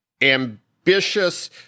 ambitious